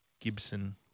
Gibson